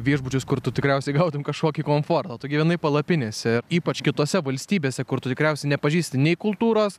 viešbučius kur tu tikriausiai gautum kažkokį komfortą tu gyvenai palapinėse ypač kitose valstybėse kur tu tikriausiai nepažįsti nei kultūros